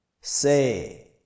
say